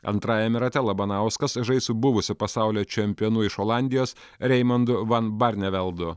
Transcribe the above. antrajame rate labanauskas žais su buvusiu pasaulio čempionu iš olandijos reimondu van barneveldu